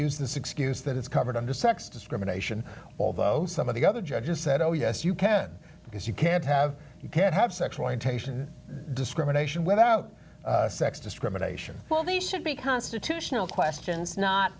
use this excuse that it's covered under sex discrimination although some of the other judges said oh yes you can because you can't have you can't have sexual orientation discrimination without sex discrimination well they should be constitutional questions not